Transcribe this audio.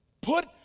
Put